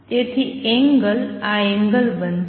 તેથી એંગલ આ એંગલ બનશે